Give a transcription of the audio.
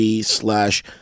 slash